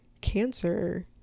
cancer